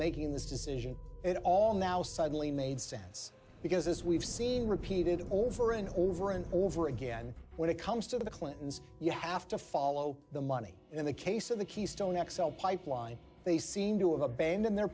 making this decision it all now suddenly made sense because as we've seen repeated over and over and over again when it comes to the clintons you have to follow the money in the case of the keystone x l pipeline they seem to abandon their